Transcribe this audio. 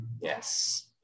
yes